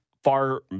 far